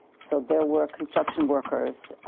so there were construction workers,